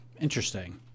Interesting